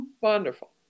wonderful